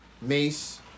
Mace